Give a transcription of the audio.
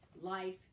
Life